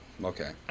Okay